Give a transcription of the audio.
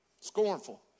Scornful